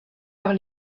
leurs